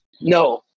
No